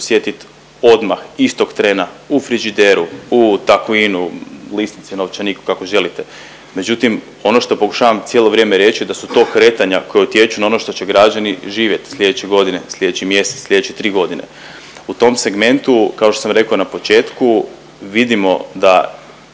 osjetiti odmah istog treba u frižideru, u takuinu, lisnici, novčaniku, kako želite međutim ono što pokušavam cijelo vrijeme reći je da su to kretanja koja utječu na ono što će građani živjet slijedeće godine, slijedeći mjesec, slijedeće tri godine. U tom segmentu kao što sam rekao na početku, vidimo da